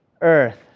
earth